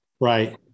Right